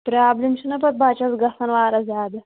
problem چھِنہ پَتہٕ بَچَس گژھان واراہ زیادٕ